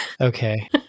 Okay